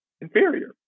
inferior